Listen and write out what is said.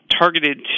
targeted